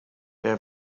their